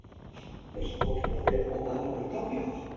so so a photograph here i won't mind having a copy of.